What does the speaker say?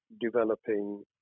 developing